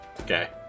Okay